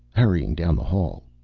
hurrying down the hall.